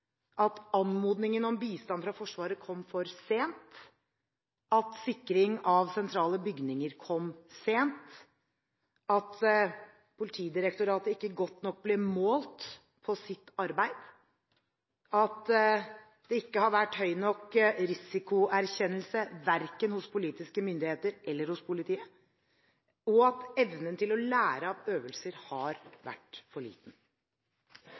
at anmodningen om bistand fra Forsvaret kom for sent, at sikring av sentrale bygninger kom sent, at Politidirektoratet ikke godt nok ble målt på sitt arbeid, at det ikke har vært høy nok risikoerkjennelse verken hos politiske myndigheter eller hos politiet, og at evnen til å lære av øvelser har vært for liten.